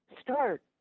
start